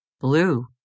Blue